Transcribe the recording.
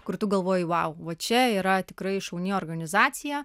kur tu galvoji vau va čia yra tikrai šauni organizacija